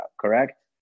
correct